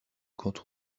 canton